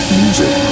music